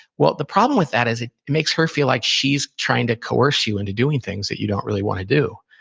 well, the problem with that is it it makes her feel like she's trying to coerce you into doing things that you don't really want to do.